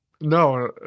No